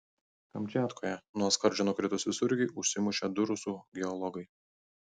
kamčiatkoje nuo skardžio nukritus visureigiui užsimušė du rusų geologai